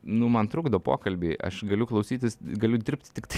nu man trukdo pokalbiai aš galiu klausytis galiu dirbti tiktai